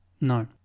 No